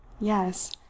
Yes